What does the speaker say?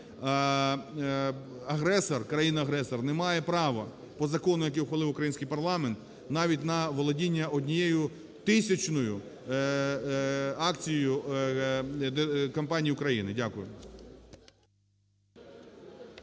Агресор, країна-агресор не має права по закону, який ухвалив український парламент, навіть на володіння однією тисячною акцією компанії України. Дякую.